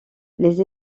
les